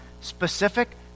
specific